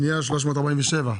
פנייה 347,